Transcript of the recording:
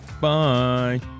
bye